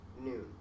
noon